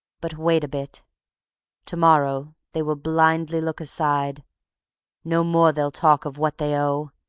but wait a bit to-morrow they will blindly look aside no more they'll talk of what they owe,